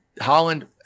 Holland